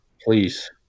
please